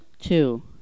two